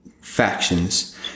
factions